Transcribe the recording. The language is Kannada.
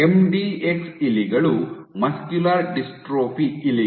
ಎಂಡಿಎಕ್ಸ್ ಇಲಿಗಳು ಮಸ್ಕ್ಯುಲರ್ ಡಿಸ್ಟ್ರೋಫಿ ಇಲಿಗಳು